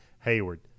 Hayward